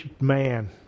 man